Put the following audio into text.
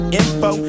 info